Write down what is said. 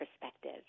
perspective